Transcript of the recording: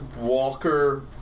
Walker